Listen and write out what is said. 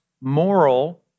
moral